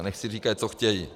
Nechci říkat, že to chtějí.